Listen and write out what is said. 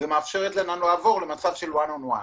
ומאפשרת להם לעבור למצב של אחד על אחד.